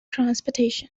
transportation